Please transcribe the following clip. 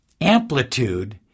amplitude